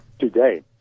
today